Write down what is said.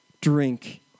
Drink